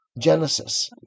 Genesis